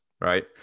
right